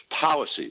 policies